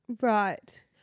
Right